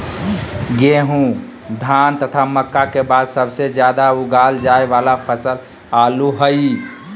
गेहूं, धान तथा मक्का के बाद सबसे ज्यादा उगाल जाय वाला फसल आलू हइ